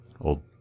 Old